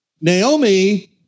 Naomi